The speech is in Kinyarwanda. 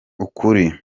ukuri